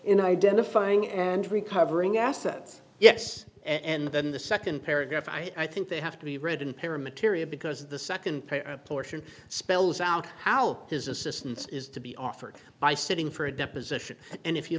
in identifying and recovering assets yes and then the second paragraph i think they have to be read in peril material because the second portion spells out how his assistance is to be offered by sitting for a deposition and if you